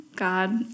God